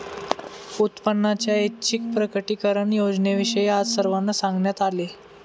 उत्पन्नाच्या ऐच्छिक प्रकटीकरण योजनेविषयी आज सर्वांना सांगण्यात आले